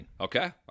Okay